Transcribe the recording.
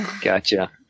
Gotcha